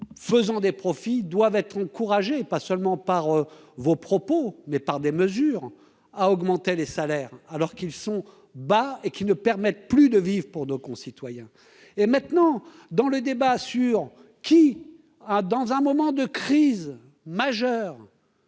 faisant des profits doivent être encouragé et pas seulement par vos propos, mais par des mesures à augmenter les salaires alors qu'ils sont bas et qui ne permettent plus de vivre pour nos concitoyens et maintenant dans le débat sur qui a, dans un moment de crise majeure